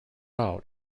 out